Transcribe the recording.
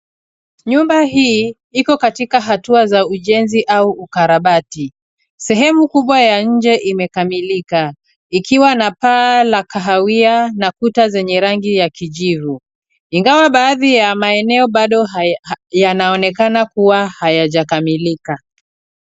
Nyumba hii iko katika hatua za ujenzi au ukarabati. Sehemu kubwa ya nje imekamilika ikiwa na paa la kahawia na kuta zenye rangi ya kijivu, ingawa baadhi ya maeneo baado yanaonekana kuwa hayajakamilika.